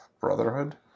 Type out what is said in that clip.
brotherhood